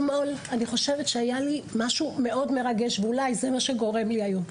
אתמול קרה לי משהו מאוד מרגש ואולי זה מה שגורם לי לרגישות היום.